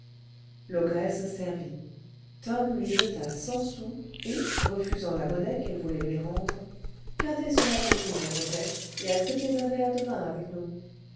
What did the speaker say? l'ogresse servit tom lui jeta cent sous et refusant la monnaie qu'elle voulait lui rendre gardez cela pour vous notre hôtesse et acceptez un verre de vin avec nous